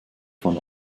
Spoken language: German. von